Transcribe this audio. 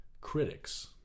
critics